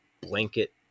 blanket